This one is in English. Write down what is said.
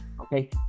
okay